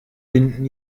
binden